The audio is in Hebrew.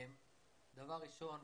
דבר ראשון,